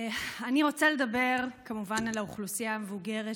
אני רוצה לדבר כמובן על האוכלוסייה המבוגרת,